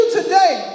today